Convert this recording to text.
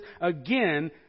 again